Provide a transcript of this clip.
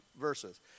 verses